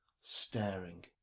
staring